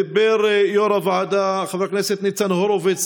דיבר יו"ר הוועדה חבר הכנסת ניצן הורוביץ